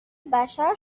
بشر